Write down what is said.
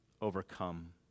overcome